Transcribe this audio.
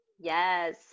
Yes